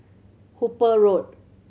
Hooper Road